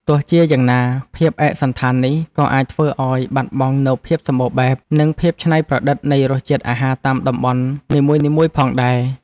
ទោះជាយ៉ាងណាភាពឯកសណ្ឋាននេះក៏អាចធ្វើឲ្យបាត់បង់នូវភាពសម្បូរបែបនិងភាពច្នៃប្រឌិតនៃរសជាតិអាហារតាមតំបន់នីមួយៗផងដែរ។